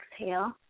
exhale